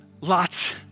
lots